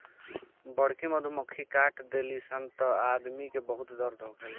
बड़की मधुमक्खी काट देली सन त आदमी के बहुत दर्द होखेला